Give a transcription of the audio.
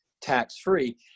tax-free